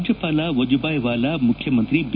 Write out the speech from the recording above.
ರಾಜ್ಯಪಾಲ ವಜುಬಾಯಿವಾಲಾ ಮುಖ್ಯಮಂತ್ರಿ ಬಿ